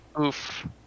Oof